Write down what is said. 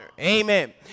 Amen